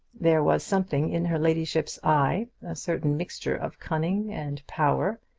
there was something in her ladyship's eye a certain mixture of cunning, and power,